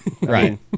Right